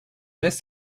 this